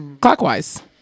clockwise